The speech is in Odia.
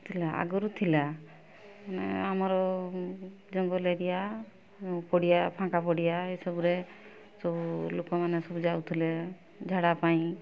ଥିଲା ଆଗରୁ ଥିଲା ମାନେ ଆମର ଜଙ୍ଗଲ ଏରିଆ ପଡ଼ିଆ ଫାଙ୍କା ପଡ଼ିଆ ଏସବୁରେ ସବୁ ଲୋକମାନେ ସବୁ ଯାଉଥିଲେ ଝାଡ଼ା ପାଇଁ